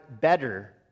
better